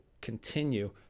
continue